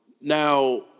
Now